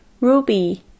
Ruby